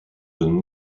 donne